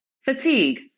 Fatigue